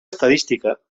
estadística